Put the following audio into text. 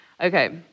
Okay